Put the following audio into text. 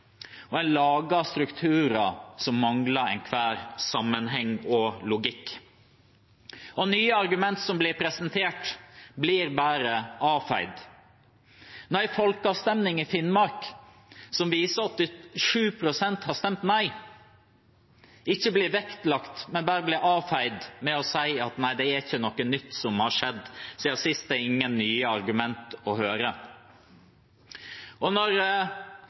og en lager strukturer som mangler enhver sammenheng og logikk. Nye argument som blir presentert, blir bare avfeid. En folkeavstemning i Finnmark, som viser at 87 pst. har stemt nei, blir ikke vektlagt, men bare avfeid med at nei, det har ikke skjedd noe nytt siden sist, det er ingen nye argumenter å høre.